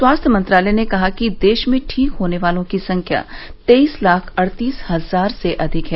स्वास्थ्य मंत्रालय ने कहा कि देश में ठीक होने वालों की संख्या तेईस लाख अड़तीस हजार से अधिक है